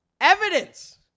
evidence